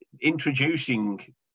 introducing